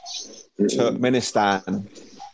Turkmenistan